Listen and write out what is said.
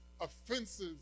offenses